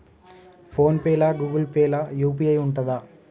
Phone pay లా Google Pay లా UPI ఉంటదా?